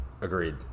Agreed